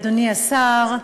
אדוני השר,